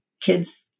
kids